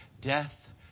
Death